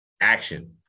action